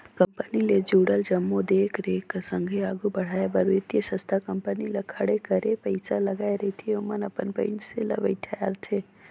company ले जुड़ल जम्मो देख रेख कर संघे आघु बढ़ाए बर बित्तीय संस्था कंपनी ल खड़े करे पइसा लगाए रहिथे ओमन अपन मइनसे ल बइठारथे